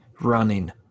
running